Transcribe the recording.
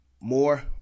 More